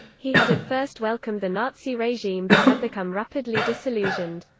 he had at first welcomed the nazi regime but had become rapidly disillusioned.